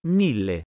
mille